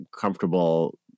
comfortable